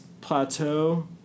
plateau